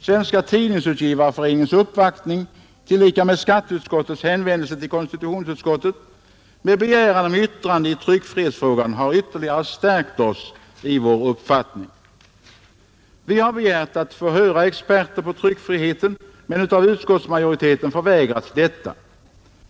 Svenska tidningsutgivareföreningens uppvaktning tillika med skatteutskottets hänvändelse till konstitutionsutskottet med begäran om yttrande i tryckfrihetsfrågan har ytterligare stärkt oss i vår uppfattning. Vi har begärt att få höra experter på tryckfriheten men av utskottsmajoriteten förvägrats detta.